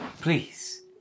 please